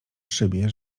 szybie